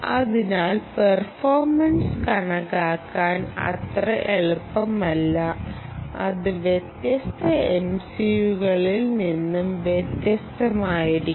അതിനാൽ പെർഫോർമെൻസ് കണക്കാക്കാൻ അത്ര എളുപ്പമല്ല ഇത് വ്യത്യസ്ത MCUകളിൽ നിന്ന് വ്യത്യസ്തമായിരിക്കും